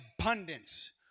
abundance